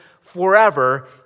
forever